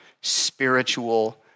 spiritual